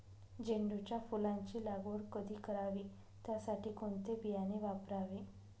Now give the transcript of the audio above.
झेंडूच्या फुलांची लागवड कधी करावी? त्यासाठी कोणते बियाणे वापरावे?